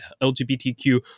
lgbtq